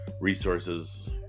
resources